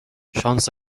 شانس